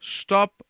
stop